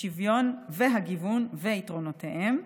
השוויון והגיוון ויתרונותיהם.